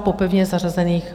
Po pevně zařazených.